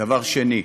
דבר שני,